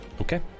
Okay